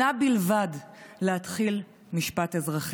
שנה בלבד, להתחיל משפט אזרחי.